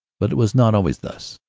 but it was not always thus.